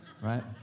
right